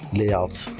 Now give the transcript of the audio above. layouts